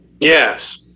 Yes